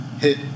hit